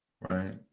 right